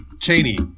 Cheney